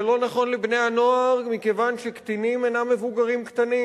זה לא נכון לבני-הנוער מכיוון שקטינים אינם מבוגרים קטנים